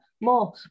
more